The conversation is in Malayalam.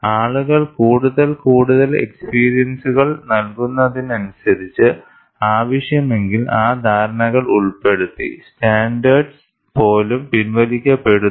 ആളുകൾ കൂടുതൽ കൂടുതൽ എക്സ്പീരിയൻസുകൾ നൽകുന്നതിനനുസരിച്ച് ആവശ്യമെങ്കിൽ ആ ധാരണകൾ ഉൾപ്പെടുത്തി സ്റ്റാൻഡേർഡ്സ് പോലും പിൻവലിക്കപ്പെടുന്നു